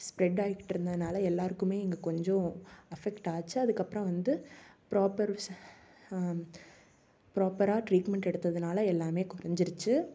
spread ஆகிட்ருந்ததுனால எல்லோருக்குமே இங்கே கொஞ்சம் அஃபெக்ட் ஆச்சு அதுக்கப்புறம் வந்து ப்ராப்பர் ச ப்ராப்பராக ட்ரீட்மெண்ட் எடுத்ததுனால் எல்லாமே கொறைஞ்சிருச்சு